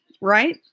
right